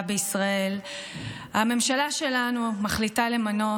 בישראל הממשלה שלנו מחליטה למנות,